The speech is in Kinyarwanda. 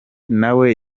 nawe